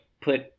put